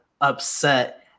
upset